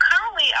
Currently